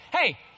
Hey